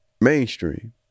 mainstream